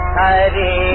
Hari